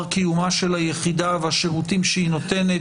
קיומה של היחידה והשירותים שהיא נותנת,